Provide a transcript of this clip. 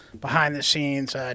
behind-the-scenes